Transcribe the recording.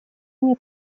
мне